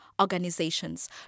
organizations